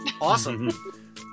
Awesome